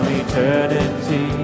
eternity